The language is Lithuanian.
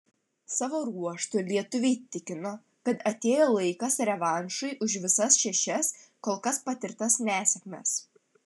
savo ruožtu lietuviai tikino kad atėjo laikas revanšui už visas šešias kol kas patirtas nesėkmes